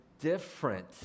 different